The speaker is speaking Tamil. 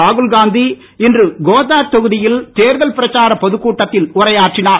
ராகுல் காந்தி இன்று கோதாட் தொகுதியில் தேர்தல் பிரச்சார பொதுக்கூட்டத்தில் உரையாற்றினார்